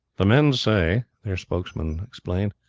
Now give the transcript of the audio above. the men say, their spokesman explained,